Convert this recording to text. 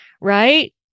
right